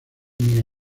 miguel